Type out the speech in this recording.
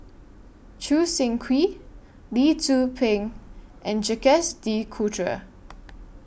Choo Seng Quee Lee Tzu Pheng and Jacques De Coutre